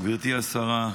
גברתי השרה,